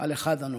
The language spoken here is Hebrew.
על אחד הנופלים,